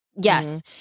Yes